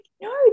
no